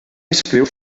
escriu